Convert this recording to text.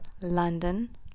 London